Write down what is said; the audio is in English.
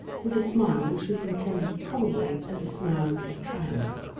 with a smile which was intended probably as a smile of triumph.